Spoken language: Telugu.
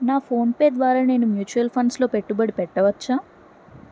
నా ఫోన్పే ద్వారా నేను మ్యూచువల్ ఫండ్స్లో పెట్టుబడి పెట్టవచ్చా